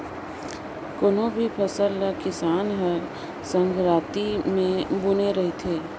कोनो भी फसल ल किसान हर संघराती मे बूने रहथे